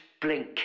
blink